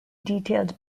detailed